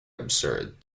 absurd